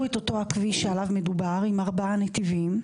את אותו הכביש שעליו מדובר עם ארבעה נתיבים,